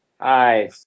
Hi